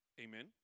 Amen